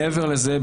מעבר לזה,